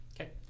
Okay